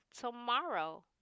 tomorrow